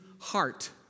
heart